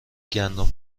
گندم